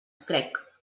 crec